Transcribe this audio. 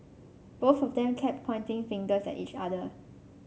both of them kept pointing fingers at each other